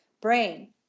brain